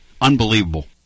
Unbelievable